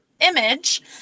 image